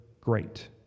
great